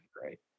great